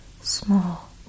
small